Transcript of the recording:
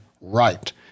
right